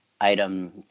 item